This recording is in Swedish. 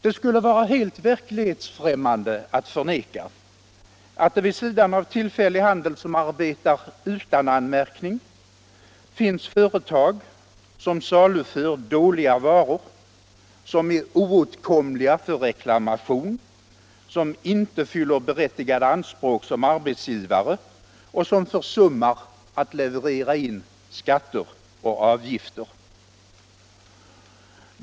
Det skulle vara helt verklighetsfrämmande att förneka att det vid sidan av tillfällig handel som arbetar utan anmärkning finns företag som saluför dåliga varor, som är oåtkomliga för reklamation, som inte fyller berättigade anspråk som arbetsgivare och som försummar att leverera in skatter och avgifter.